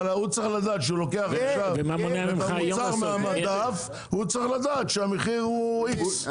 אבל הוא צריך לדעת שהוא לוקח עכשיו את המוצר מהמדף שהמחיר הוא X,